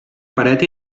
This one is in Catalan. paret